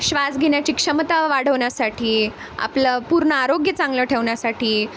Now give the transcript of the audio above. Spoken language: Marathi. श्वास घेण्याची क्षमता वाढवण्यासाठी आपलं पूर्ण आरोग्य चांगलं ठेवण्यासाठी